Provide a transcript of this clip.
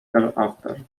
thereafter